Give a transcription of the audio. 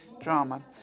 drama